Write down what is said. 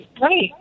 right